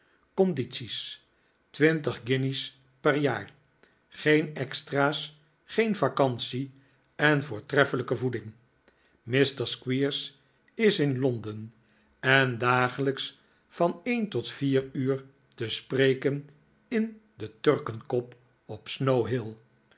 condities twintig guinjes per jaar geen extra's geen vacantie en voortreffelijke voeding mr squeers is in londen en dagelijks van een tot vier uur te spreken in de turkenkop op